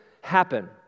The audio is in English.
happen